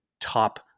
top